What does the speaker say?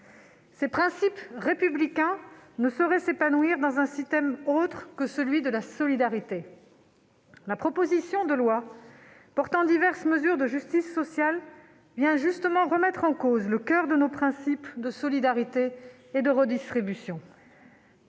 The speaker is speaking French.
Ces principes républicains ne sauraient s'épanouir dans un système autre que celui de la solidarité. La proposition de loi portant diverses mesures de justice sociale vient justement remettre en cause le coeur de nos principes de solidarité et de redistribution.